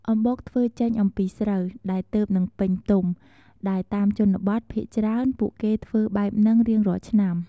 អំំបុកធ្វើចេញអំពីស្រូវ ដែលទើបនឹងពេញទុំ ដែលតាមជនបទ ភាគច្រើនពួកគេធ្វើបែបនឹងរៀងរាល់ឆ្នាំ។